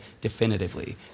definitively